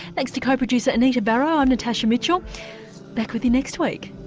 thanks to co-producer anita barraud, i'm natasha mitchell back with you next week